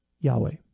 Yahweh